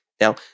Now